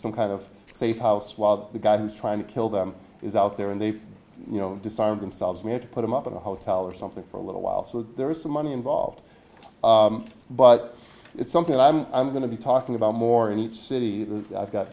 some kind of safe house while the guy who's trying to kill them is out there and they've disarmed themselves we have to put them up in a hotel or something for a little while so there is some money involved but it's something i'm going to be talking about more in each city i've got